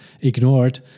ignored